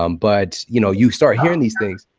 um but you know you start hearing these things,